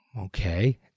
Okay